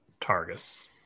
Targus